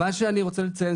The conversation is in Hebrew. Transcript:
מה שאני רוצה לציין,